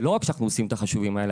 ולא רק שאנחנו עושים את החישובים האלה,